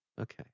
okay